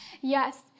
Yes